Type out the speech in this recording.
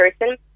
person